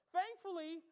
Thankfully